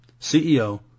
CEO